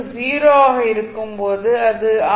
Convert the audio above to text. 0 ஆக இருக்கும் போது இது ஆர்